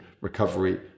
recovery